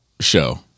show